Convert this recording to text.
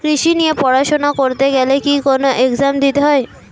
কৃষি নিয়ে পড়াশোনা করতে গেলে কি কোন এগজাম দিতে হয়?